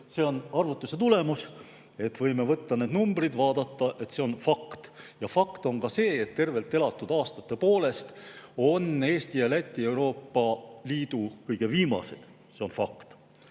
See on arvutuse tulemus. Võime võtta need numbrid ja vaadata, et see on fakt. Fakt on ka see, et tervelt elatud aastate poolest on Eesti ja Läti Euroopa Liidu kõige viimased. See on fakt.